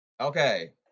Okay